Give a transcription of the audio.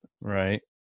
Right